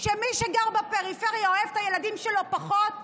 שמי שגר בפריפריה אוהב את הילדים שלו פחות?